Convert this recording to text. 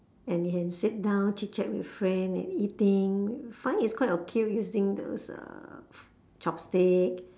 and you can sit down chit chat with friend and eating I find it's quite okay using those uh chopstick